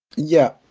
yeah.